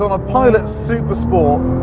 a pilot supersport.